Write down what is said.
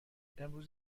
امروز